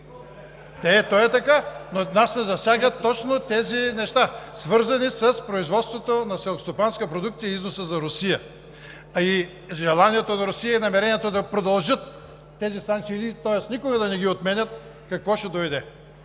То е така, но нас ни засягат точно тези неща, свързани с производството на селскостопанска продукция и износа за Русия. Желанието на Русия и намеренията да продължат тези санкции, тоест никога да не ги отменят, до какво ще доведе?